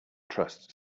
trust